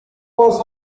قرص